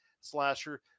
slasher